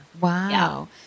wow